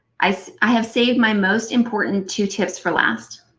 i so i have saved my most important two tips for last.